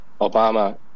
obama